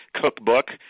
Cookbook